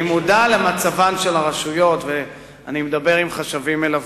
אני מודע למצבן של הרשויות ואני מדבר עם חשבים מלווים.